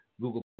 Google